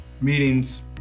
meetings